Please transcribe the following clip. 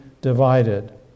divided